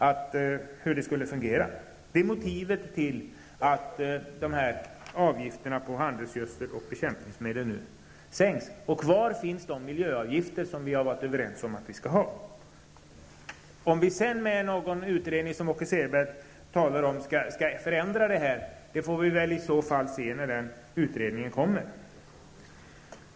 Det är motivet till att avgifterna på handelsgödsel och bekämpningsmedel nu sänks, och kvar finns de miljöavgifter som vi har varit överens om att vi skall ha. Åke Selberg talar om att detta skall utredas och att vi skall förändra detta. Men det får vi väl se när en utredning i så fall är klar.